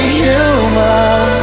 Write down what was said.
human